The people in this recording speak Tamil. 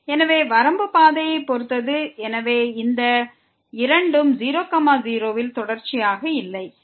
எனவே வரம்பு பாதையைப் பொறுத்தது எனவே இந்த இரண்டும் 0 0 இல் தொடர்ச்சியாக இல்லை